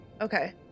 Okay